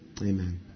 Amen